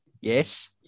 Yes